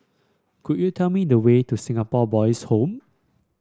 could you tell me the way to Singapore Boys' Home